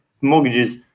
mortgages